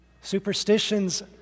Superstitions